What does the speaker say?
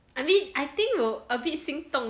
I mean I think will a bit 心动 lor